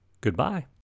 goodbye